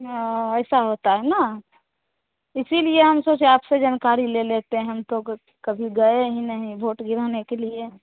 ऐसा होता है न इसलिए हम सोचे आपसे जानकारी ले लेते हैं हम तो कभी गए ही नहीं भोट गिराने के लिए